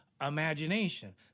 imagination